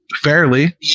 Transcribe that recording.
fairly